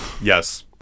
yes